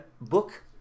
book